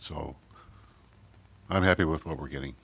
so i'm happy with what we're getting